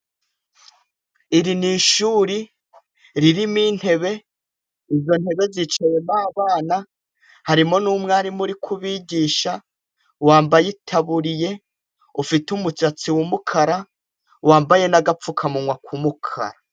Iri ni ishuri ririmo intebe, izo ntebe zicayemo abana, harimo n'umwarimu uri kubigisha, wambaye itaburiye, ufite umusatsi wumukara, wambaye n'agapfukamunwa k'umukara.